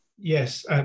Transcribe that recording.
Yes